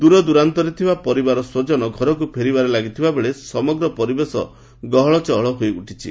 ଦୂରଦୂରାନ୍ତରେ ଥବା ପରିବାର ସ୍ୱଜନ ଘରକୁ ଫେରିବାରେ ଲାଗିଥିବା ବେଳେ ସମଗ୍ର ପରିବେଶ ଗହଳ ଚହଳ ହୋଇଉଠିଛି